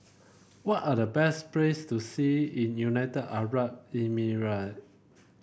what are the best place to see in United Arab Emirate